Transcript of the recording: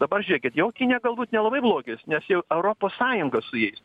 dabar žiūrėkit jau kinija galbūt nelabai blogis nes jau europos sąjunga su jais